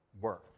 worth